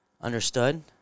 Understood